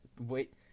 Wait